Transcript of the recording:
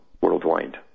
worldwide